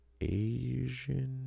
Asian